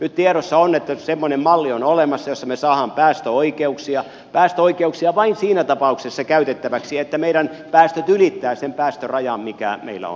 nyt tiedossa on että semmoinen malli on olemassa jossa me saamme päästöoikeuksia päästöoikeuksia vain siinä tapauksessa käytettäväksi että meidän päästöt ylittävät sen päästörajan mikä meillä on